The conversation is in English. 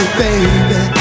baby